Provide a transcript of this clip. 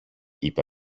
είπε